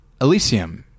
Elysium